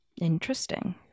Interesting